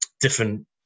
different